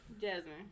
Jasmine